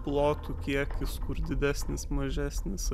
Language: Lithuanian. plotų kiekis kur didesnis mažesnis